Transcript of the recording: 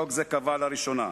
חוק זה קבע לראשונה,